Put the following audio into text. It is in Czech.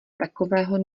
takového